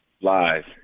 live